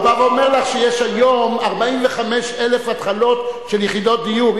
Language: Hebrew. הוא בא ואומר לך שיש היום 45,000 התחלות של יחידות דיור.